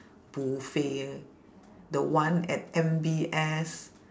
buffet the one at M_B_S